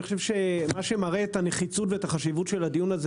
אני חושב שמה שמראה את הנחיצות ואת החשיבות של הדיון הזה,